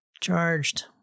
charged